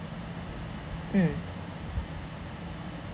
mm